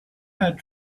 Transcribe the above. had